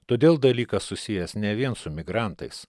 todėl dalykas susijęs ne vien su migrantais